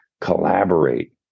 collaborate